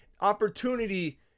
Opportunity